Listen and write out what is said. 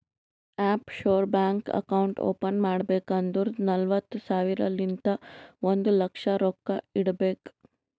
of sure bank account open ಮಾಡ್ಬೇಕ್ ಅಂದುರ್ ನಲ್ವತ್ತ್ ಸಾವಿರಲಿಂತ್ ಒಂದ್ ಲಕ್ಷ ರೊಕ್ಕಾ ಇಡಬೇಕ್